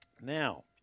now